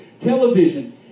television